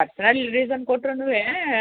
personal reason ಕೊಟ್ಟರುನುವೇ